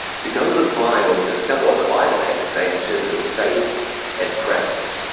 to go to the bible and discover what the bible had to say in terms of faith and practice.